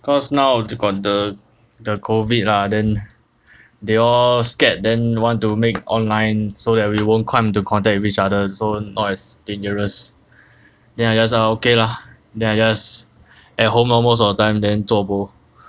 cause now to counter the COVID lah then they all scared then want to make online so that we won't come into contact with each other so not as dangerous then I just ah okay lah then I just at home lor most of the time then zuo bo